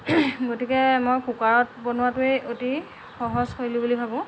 গতিকে মই কুকাৰত বনোৱাটোৱেই অতি সহজ শৈলী বুলি ভাবোঁ